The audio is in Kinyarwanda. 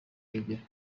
urugero